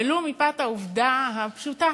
ולו מפאת העובדה הפשוטה